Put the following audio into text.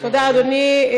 תודה, אדוני.